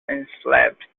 enslaved